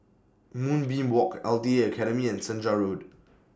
Moonbeam Walk L T A Academy and Senja Road